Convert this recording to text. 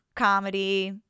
comedy